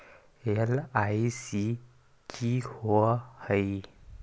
LIC की होअ हई?